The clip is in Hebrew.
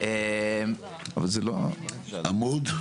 איזה עמוד?